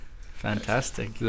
Fantastic